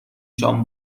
شام